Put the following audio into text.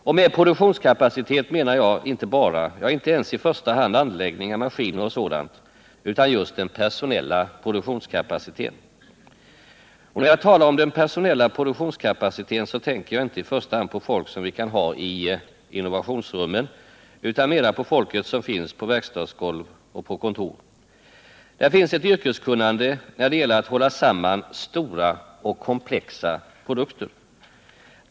Och med produktionskapacitet menar jag inte bara, ja, inte ens i första hand, anläggningar, maskiner och sådant utan just den personella produktionskapaciteten. Och när jag talar om den personella produktionskapaciteten så tänker jag inte i första hand på folk som vi kan ha i innovationsrummen utan mera på folk som finns på verkstadsgolv och kontor. Där finns ett yrkeskunnande när det gäller att hålla samman stora och komplexa produkter.